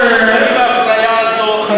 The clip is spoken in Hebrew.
האם האפליה הזאת מוצדקת או לא מוצדקת?